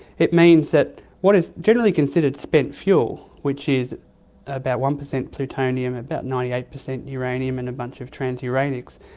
it means that what is generally considered spent fuel, which is about one percent plutonium, about ninety eight percent uranium and a bunch of transuranics,